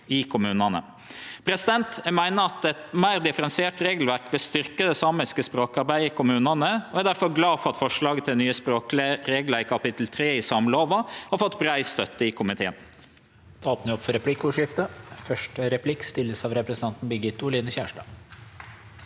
i kommunane. Eg meiner at eit meir differensiert regelverk vil styrkje det samiske språkarbeidet i kommunane og er difor glad for at forslaget til nye språklege reglar i kapittel 3 i samelova har fått brei støtte i komiteen.